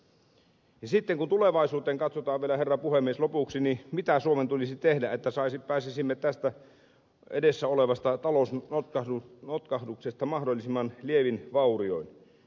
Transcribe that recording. sitten kun tulevaisuuteen katsotaan vielä herra puhemies lopuksi niin mitä suomen tulisi tehdä että pääsisimme tästä edessä olevasta talousnotkahduksesta mahdollisimman lievin vaurioin